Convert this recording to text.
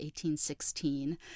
1816